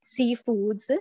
seafoods